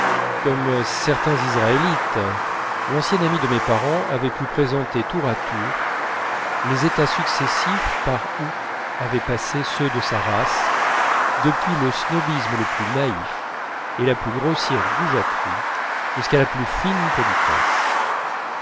comme certains israélites l'ancien ami de mes parents avait pu présenter tour à tour les états successifs par où avaient passé ceux de sa race depuis le snobisme le plus naïf et la plus grossière goujaterie jusqu'à la plus fine politesse